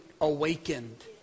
awakened